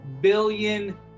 billion